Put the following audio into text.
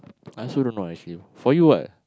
I also don't know actually for you what